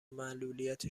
معلولیت